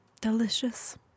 Delicious